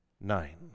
nine